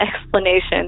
explanation